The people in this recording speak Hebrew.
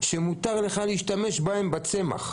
שמותר להשתמש בהם בצמח.